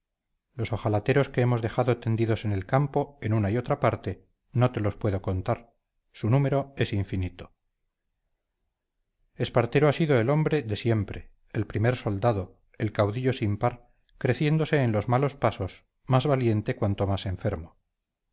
los ojalateros que hemos dejado tendidos en el campo en una y otra parte no te los puedo contar su número es infinito espartero ha sido el hombre de siempre el primer soldado el caudillo sin par creciéndose en los malos pasos más valiente cuanto más enfermo